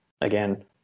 again